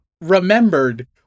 remembered